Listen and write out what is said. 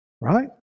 right